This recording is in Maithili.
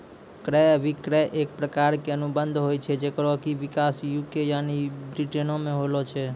क्रय अभिक्रय एक प्रकारो के अनुबंध होय छै जेकरो कि विकास यू.के यानि ब्रिटेनो मे होलो छै